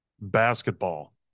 basketball